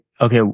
okay